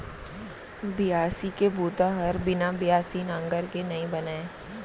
बियासी के बूता ह बिना बियासी नांगर के नइ बनय